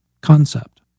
concept